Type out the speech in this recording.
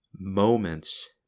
moments